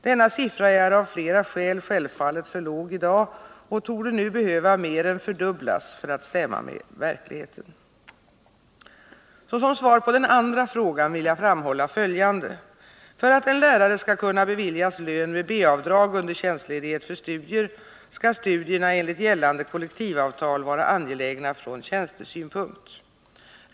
Denna siffra är av flera skäl självfallet för låg i dag och torde nu behöva mer än fördubblas för att stämma med verkligheten. Såsom svar på den andra frågan vill jag framhålla följande. För att en lärare skall kunna beviljas lön med B-avdrag under tjänstledighet för studier skall studierna enligt gällande kollektivavtal vara angelägna från tjänstesynpunkt.